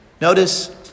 Notice